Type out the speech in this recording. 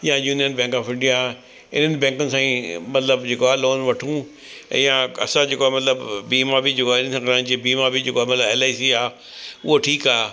या Union Bank of India इन्हनि बैंकुनि सां ई मतिलबु जेको आहे लोन वठूं या असां जेको आहे मतिलबु बीमा बि जीअं बीमा बि जेको आहे एलआईसी आहे उहो ठीकु आहे